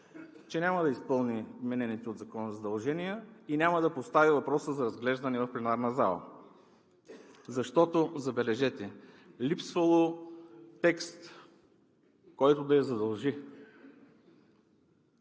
че няма да изпълни вменените ѝ от закона задължения и няма да постави въпроса за разглеждане в пленарната зала, защото, забележете, липсвало текст, който да я задължи.